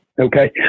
Okay